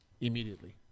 immediately